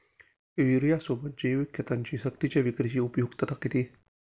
युरियासोबत जैविक खतांची सक्तीच्या विक्रीची उपयुक्तता किती?